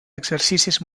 exercicis